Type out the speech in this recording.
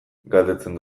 galdetzen